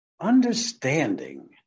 understanding